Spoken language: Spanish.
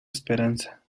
esperanza